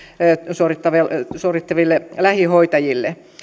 suorittaville suorittaville lähihoitajille